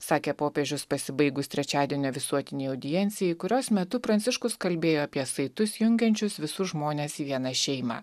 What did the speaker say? sakė popiežius pasibaigus trečiadienio visuotinei audiencijai kurios metu pranciškus kalbėjo apie saitus jungiančius visus žmones į vieną šeimą